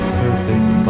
perfect